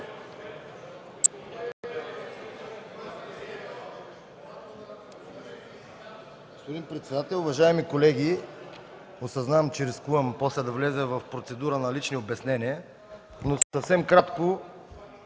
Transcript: Господин председател, уважаеми колеги, осъзнавам, че рискувам после да вляза в процедура на лични обяснения, но съвсем кратко